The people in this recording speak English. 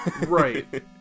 Right